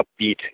upbeat